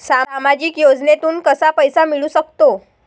सामाजिक योजनेतून कसा पैसा मिळू सकतो?